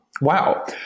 wow